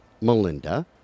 Melinda